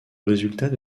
résultat